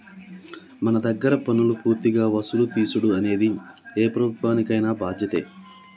మన దగ్గర పన్నులు పూర్తిగా వసులు తీసుడు అనేది ఏ ప్రభుత్వానికైన బాధ్యతే